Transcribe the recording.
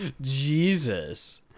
Jesus